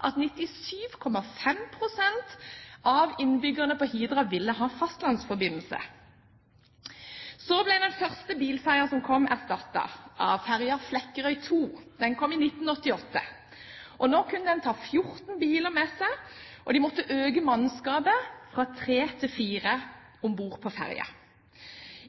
at 97,5 pst. av innbyggerne på Hidra ville ha fastlandsforbindelse. Så ble den første bilferja erstattet av ferja «Flekkerøy II». Den kom i 1988. Nå kunne ferja ta 14 biler med seg, og man måtte øke mannskapet fra tre til fire om bord på ferja.